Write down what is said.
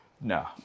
No